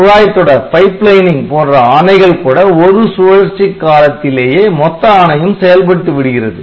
குழாய் தொடர் போன்ற ஆணைகள் கூட ஒரு சுழற்சி காலத்திலேயே மொத்த ஆணையும் செயல்பட்டு விடுகிறது